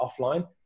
offline